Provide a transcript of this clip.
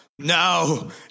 No